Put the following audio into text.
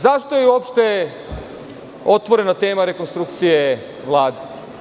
Zašto je uopšte otvorena tema rekonstrukcije Vlade?